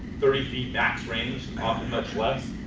thirty feet max range often much less.